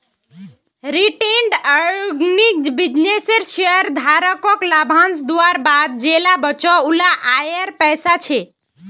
retained earning बिज्नेसेर शेयरधारकोक लाभांस दुआर बाद जेला बचोहो उला आएर पैसा छे